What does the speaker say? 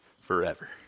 forever